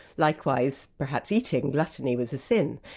likewise, perhaps eating, gluttony was a sin.